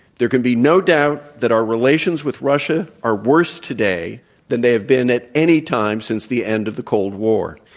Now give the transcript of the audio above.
there can be no doubt that our relations with russia are worse today than they have been at any time since the end of the cold war.